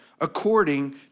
according